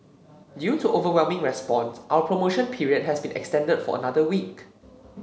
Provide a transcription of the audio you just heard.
due to overwhelming response our promotion period has been extended for another week